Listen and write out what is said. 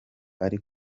ari